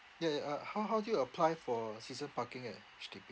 ya ya uh how how do you apply for a season parking at H_D_B